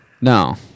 No